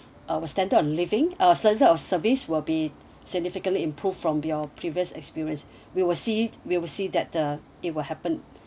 our standard of living uh standard of service will be significantly improved from your previous experience we will see we will see that the it will happen